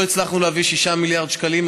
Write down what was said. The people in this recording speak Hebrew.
לא הצלחנו להביא 6 מיליארד שקלים,